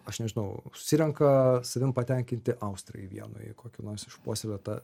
aš nežinau susirenka savimi patenkinti austrai vienoj į kokį nors išpuoselėtą